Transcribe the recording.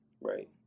Right